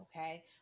Okay